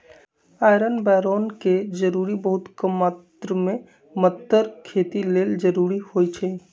iron boron के जरूरी बहुत कम मात्र में मतर खेती लेल जरूरी होइ छइ